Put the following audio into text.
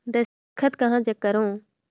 दस्खत कहा जग करो?